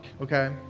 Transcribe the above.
okay